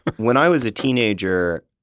when i was a teenager,